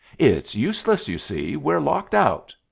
it's useless, you see. we're locked out,